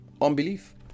Unbelief